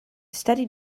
steady